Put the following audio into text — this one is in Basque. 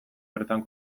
bertan